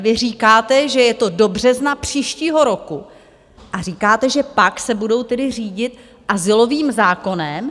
Vy říkáte, že je to do března příštího roku, a říkáte, že pak se budou tedy řídit azylovým zákonem.